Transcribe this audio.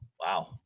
Wow